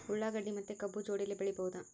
ಉಳ್ಳಾಗಡ್ಡಿ ಮತ್ತೆ ಕಬ್ಬು ಜೋಡಿಲೆ ಬೆಳಿ ಬಹುದಾ?